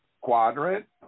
Quadrant